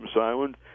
Island